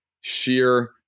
sheer